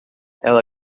ela